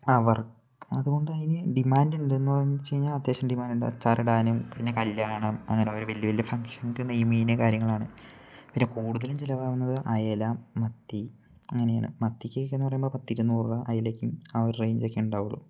അവർക്ക് അതുകൊണ്ട് അതിന് ഡിമാൻഡ് ഉണ്ടെന്ന് വെച്ചുകഴിഞ്ഞാല് അത്യാവശ്യം ഡിമാന്ഡ് ഉണ്ട് അച്ചാറിടാനും പിന്നെ കല്യാണം അങ്ങനെ ഓരോ വലിയ വലിയ ഫങ്ഷന് നെയ്മീനും കാര്യങ്ങളുമാണ് പിന്നെ കൂടുതലും ചെലവാകുന്നത് അയല മത്തി അങ്ങനെയാണ് മത്തിക്കൊക്കെയെന്ന് പറയുമ്പോള് പത്തിരുന്നൂറ് രൂപ അയലയ്ക്കും ആ ഒരു റേയ്ഞ്ചൊക്കെയെ ഉണ്ടാവുകയുള്ളൂ